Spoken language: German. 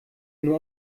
nur